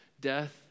death